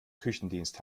küchendienst